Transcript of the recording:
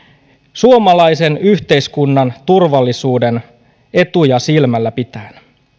suomalaisen yhteiskunnan turvallisuuden etuja silmällä pitäen